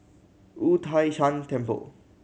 Wu Tai Shan Temple